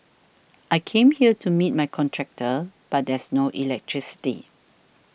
I came here to meet my contractor but there's no electricity